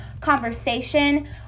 conversation